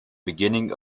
beginning